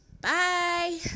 bye